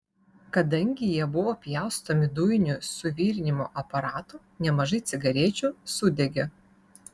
kadangi jie buvo pjaustomi dujiniu suvirinimo aparatu nemažai cigarečių sudegė